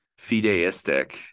fideistic